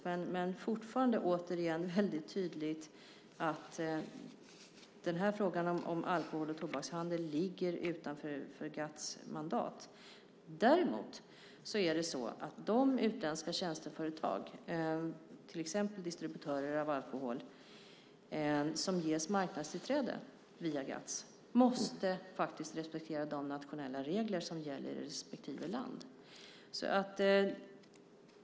Men det är fortfarande, återigen, väldigt tydligt att den här frågan om alkohol och tobakshandel ligger utanför GATS mandat. Däremot måste de utländska tjänsteföretag, till exempel distributörer av alkohol, som ges marknadstillträde via GATS faktiskt respektera de nationella regler som gäller i respektive land.